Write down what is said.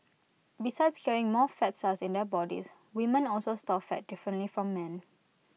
besides carrying more fat cells in their bodies women also store fat differently from men